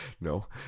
no